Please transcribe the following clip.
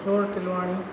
Kishore Tulwani